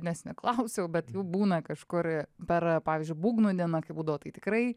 nes neklausiau bet jų būna kažkur per pavyzdžiui būgnų diena kai būdavo tai tikrai